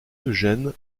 eugène